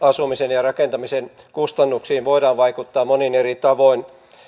asumisen ja rakentamisen kustannuksiin voidaan vaikuttaa monin eri tavoin